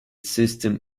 system